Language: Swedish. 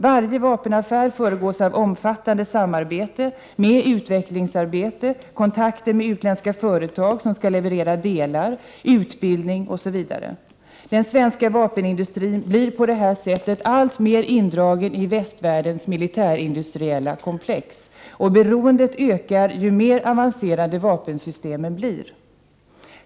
Varje vapenaffär föregås av omfattande samarbete med utvecklingsarbete, kontakter med utländska företag som skall leverera delar, utbildning osv. Den svenska vapenindustrin blir på det, här sättet alltmer indragen i västvärldens militärindustriella komplex, och beroendet ökar ju mer avancerade vapensystemen blir.